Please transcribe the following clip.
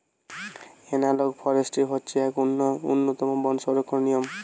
analogue forestry হচ্ছে এক উন্নতম বন সংরক্ষণের নিয়ম